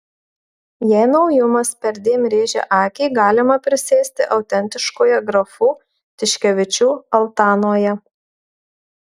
jei naujumas perdėm rėžia akį galima prisėsti autentiškoje grafų tiškevičių altanoje